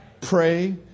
Pray